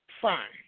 fine